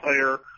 player